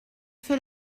fait